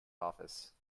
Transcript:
office